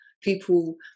people